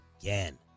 again